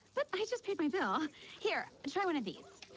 but they just paid me bill here. it's right one of these